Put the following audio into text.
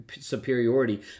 superiority